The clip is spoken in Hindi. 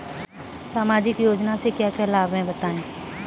सामाजिक योजना से क्या क्या लाभ हैं बताएँ?